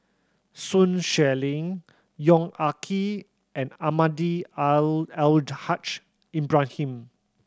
Sun Xueling Yong Ah Kee and Almahdi Al Haj Ibrahim